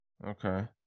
Okay